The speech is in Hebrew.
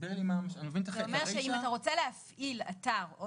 זה אומר שאם אתה רוצה להפעיל אתר או